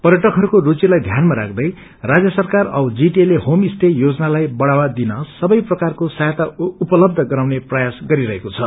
पर्यटकहरूको रूचिलाई ध्यानमा राख्दै राज्य सरकार औ जीटिए ले हक्षेम स्टे योजनालाई बढ़ावा दिन सबै प्रकारको सहायता उपलब्ध गराउने प्रयास गरिरहेको छ